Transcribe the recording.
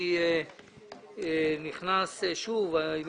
אני מחדש את ישיבת ועדת הכספים.